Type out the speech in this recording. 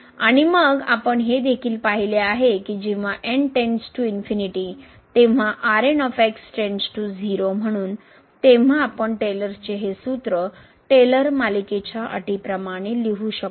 आणि मग आपण हे देखील पाहिले आहे की जेव्हा तेंव्हा म्हणून तेव्हा आपण टेलर्स चे हे सूत्र टेलर मालिकेच्या अटीप्रमाणे लिहू शकतो